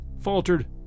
faltered